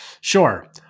Sure